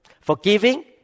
Forgiving